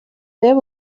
there